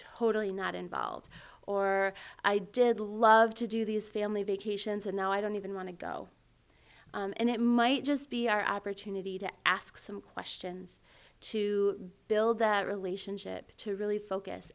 totally not involved or i did love to do these family vacations and now i don't even want to go and it might just be our opportunity to ask some questions to build that relationship to really focus